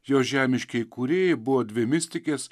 jo žemiškieji kūrėjai buvo dvi mistikės